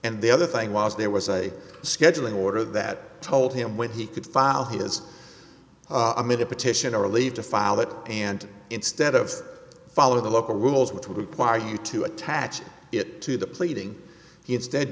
and the other thing was there was a scheduling order that told him when he could file his amid a petition or leave to file it and instead of follow the local rules which would require you to attach it to the pleading instead